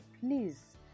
please